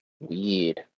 Weird